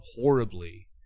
horribly